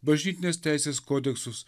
bažnytinės teisės kodeksus